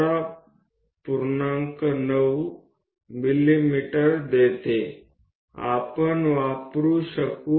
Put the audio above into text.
આ વર્તુળ છે જેનો આપણે ઉપયોગ કરી શકીશું